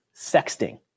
sexting